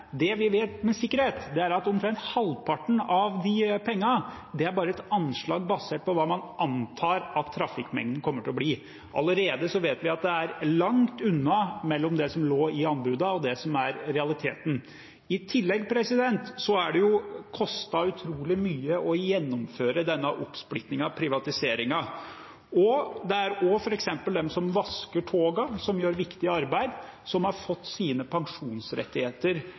Det vi vet med sikkerhet, er at omtrent halvparten av de pengene bare er et anslag basert på hva man antar at trafikkmengden kommer til å bli. Vi vet allerede at det er langt mellom det som lå i anbudene, og det som er realiteten. I tillegg har det kostet utrolig mye å gjennomføre denne oppsplittingen og privatiseringen. For eksempel har de som vasker togene, som gjør et viktig arbeid, fått usikre pensjonsrettigheter. Så det er veldig mye i det regnestykket som